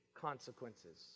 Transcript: consequences